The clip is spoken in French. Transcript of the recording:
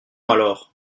alors